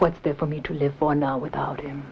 what's there for me to live for now without him